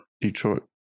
Detroit